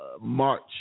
March